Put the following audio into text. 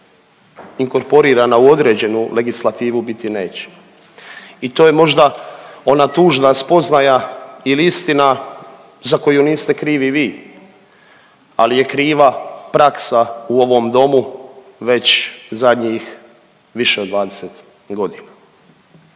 inkorporirana u određenu legislativu biti neće i to je možda ona tužna spoznaja ili istina za koju niste krivi vi, ali je kriva praksa u ovom domu već zadnjih više od 20.g..